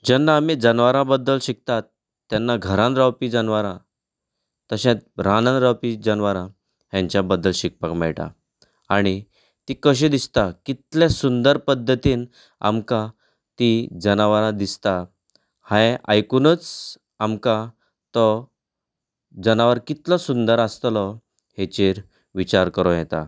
जेन्ना आमी जनावरां बद्दल शिकतात तेन्ना घरांत रावपी जनावरां तशेंत रानांत रावपी जनावरां हेंच्या बद्दल शिकपाक मेळटा आनी ती कशी दिसतात कितल्या सुंदर पद्दतीन आमकां ती जनवरां दिसतात हांवे आयकूनच आमकां तो जनावर कितलो सुंदर आसतलो हेचेर विचार करूं येता